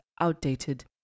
outdated